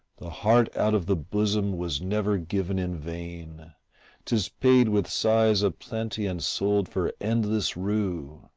the heart out of the bosom was never given in vain tis paid with sighs a plenty and sold for endless rue.